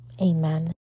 Amen